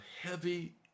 heavy